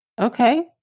Okay